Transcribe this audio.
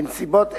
בנסיבות אלה,